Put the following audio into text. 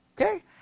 Okay